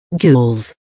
ghouls